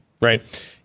right